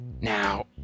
Now